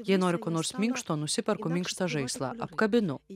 jei noriu ko nors minkšto nusiperku minkštą žaislą apkabinu